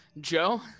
Joe